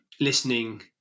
listening